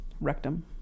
rectum